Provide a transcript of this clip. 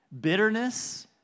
bitterness